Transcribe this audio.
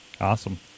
awesome